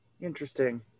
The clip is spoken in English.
Interesting